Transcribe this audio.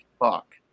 fuck